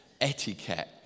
etiquette